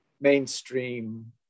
mainstream